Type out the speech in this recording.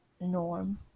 Norm